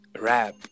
rap